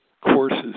courses